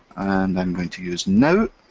and i'm going to use now.